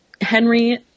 Henry